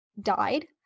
died